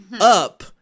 up